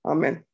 Amen